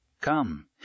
Come